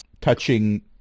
touching